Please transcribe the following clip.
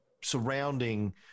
surrounding